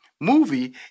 movie